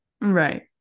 Right